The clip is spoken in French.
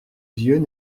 vieux